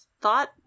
thought